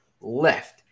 left